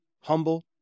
humble